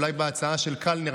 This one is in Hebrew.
אולי בהצעה של קלנר.